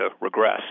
regress